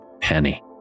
penny